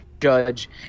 Judge